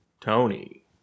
Tony